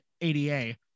ADA